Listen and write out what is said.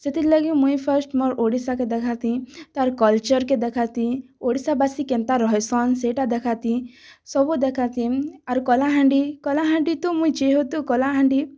ସେଥିରଲାଗି ମୁଇଁ ଫାର୍ଷ୍ଟ ମୋର ଓଡ଼ିଶାକେ ଦେଖାଁତି ତା'ର କଲଚର୍କେ ଦେଖାଁତି ଓଡ଼ିଶାବାସୀ କେନ୍ତା ରହିସନ୍ ସେଇଟା ଦେଖାଁତି ସବୁ ଦେଖାଁତି ଆର କଳାହାଣ୍ଡି କଳାହାଣ୍ଡି ତ ମୁଇଁ ଯେହେତୁ ମୁଇଁ କଳାହାଣ୍ଡି